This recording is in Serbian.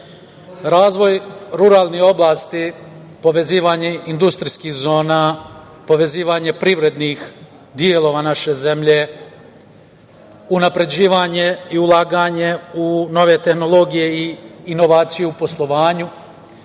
razvoj ruralnih oblasti, povezivanje industrijskih zona, povezivanje privrednih delova naše zemlje, unapređivanje i ulaganje u nove tehnologije i inovacije u poslovanju,